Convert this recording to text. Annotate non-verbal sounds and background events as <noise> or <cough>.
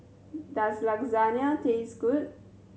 does <unintelligible> taste good